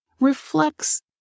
reflects